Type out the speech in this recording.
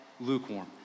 lukewarm